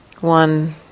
One